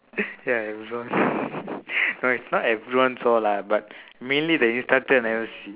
ya it was no it's not everyone saw lah but mainly the instructor never see